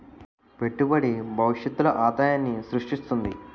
పెట్టుబడి భవిష్యత్తులో ఆదాయాన్ని స్రృష్టిస్తుంది